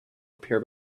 appear